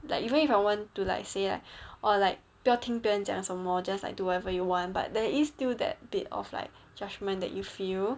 like even if I want to like say like or like 不要听别人讲什么 just like do whatever you want but there is still that bit of like judgement that you feel